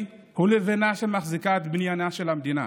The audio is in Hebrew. כל ישראלי הוא לבֵנה שמחזיקה את בניינה של המדינה.